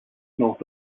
north